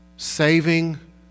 Saving